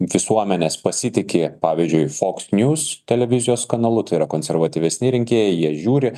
visuomenės pasitiki pavyzdžiui foksnius televizijos kanalu tai yra konservatyvesni rinkėjai jie žiūri